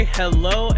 hello